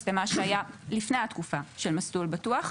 למה שהיה לפני התקופה של ׳מסלול בטוח׳,